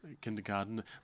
Kindergarten